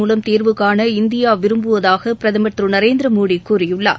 மூலம் தீர்வுகாணஇந்தியாவிரும்புவதாகபிரதமர் திருநரேந்திரமோடிகூறியுள்ளார்